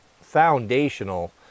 foundational